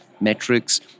metrics